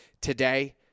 today